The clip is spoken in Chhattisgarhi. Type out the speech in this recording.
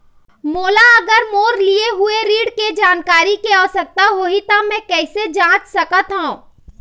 मोला अगर मोर लिए हुए ऋण के जानकारी के आवश्यकता होगी त मैं कैसे जांच सकत हव?